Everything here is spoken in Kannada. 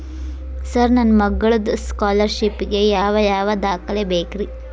ಸರ್ ನನ್ನ ಮಗ್ಳದ ಸ್ಕಾಲರ್ಷಿಪ್ ಗೇ ಯಾವ್ ಯಾವ ದಾಖಲೆ ಬೇಕ್ರಿ?